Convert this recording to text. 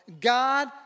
God